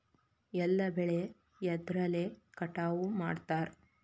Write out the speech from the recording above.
ಎಲ್ಲ ಬೆಳೆ ಎದ್ರಲೆ ಕಟಾವು ಮಾಡ್ತಾರ್?